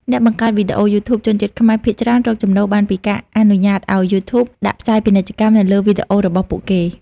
អ្នកបង្កើតវីដេអូ YouTube ជនជាតិខ្មែរភាគច្រើនរកចំណូលបានពីការអនុញ្ញាតឲ្យ YouTube ដាក់ផ្សាយពាណិជ្ជកម្មនៅលើវីដេអូរបស់ពួកគេ។